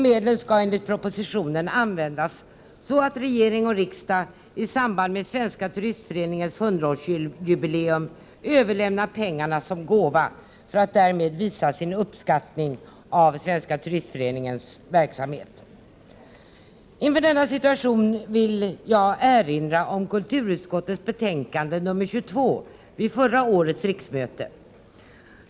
Medlen skall enligt propositionen användas så, att regering och riksdag i samband med Svenska turistföreningens 100 årsjubileum överlämnar pengarna som gåva för att därmed visa sin uppskattning av Svenska turistföreningens verksamhet. Inför denna situation vill jag erinra om kulturutskottets betänkande 22 vid förra årets riksmöte.